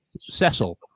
Cecil